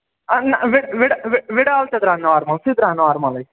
اَہَن وِڈال تہِ درٛاو نارمَل سُہ تہِ درٛاو نارملٕے